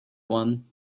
one